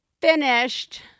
finished